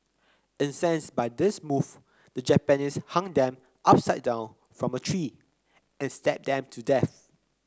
incensed by this move the Japanese hung them upside down from a tree and stabbed them to death